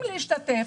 להשתתף,